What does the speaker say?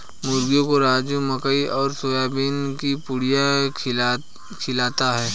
मुर्गियों को राजू मकई और सोयाबीन की पुड़िया खिलाता है